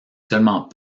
seulement